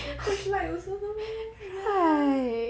the coach like you 的 meh yeah